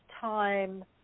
time